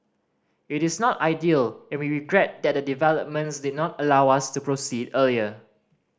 it is not ideal and we regret that the developments did not allow us to proceed earlier